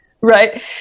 Right